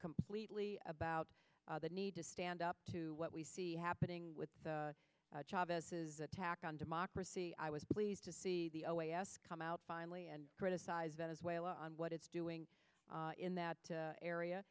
completely about the need to stand up to what we see happening with the attack on democracy i was pleased to see the oas come out finally and criticize venezuela and what it's doing in that area